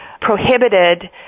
prohibited